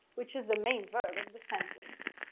which is the main verb of the sentence.